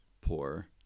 poor